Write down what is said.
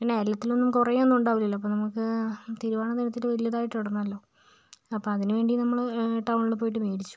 പിന്നെ അയൽ വക്കത്തിലൊന്നും കുറെ ഒന്നും ഉണ്ടാവില്ലല്ലൊ അപ്പോൾ നമുക്ക് തിരുവോണദിനത്തില് വലുതായിട്ട് ഇടണമല്ലൊ അപ്പോൾ അതിന് വേണ്ടി നമ്മള് ടൗണില് പോയിട്ട് മേടിച്ചു